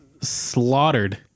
slaughtered